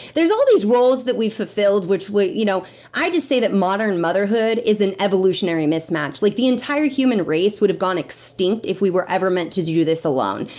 there's all these roles that we fulfilled, which. you know i just say that modern motherhood is an evolutionary mismatch. like the entire human race would've gone extinct if we were ever meant to do this alone.